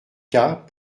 cas